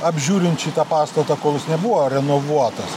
apžiūrint šitą pastatą kol jis nebuvo renovuotas